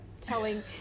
telling